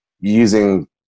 using